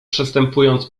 przestępując